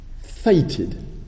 fated